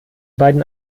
beiden